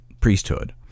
priesthood